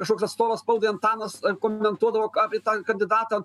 kažkoks atstovas spaudai antanas komentuodavo apie tą kandidatą